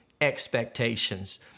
expectations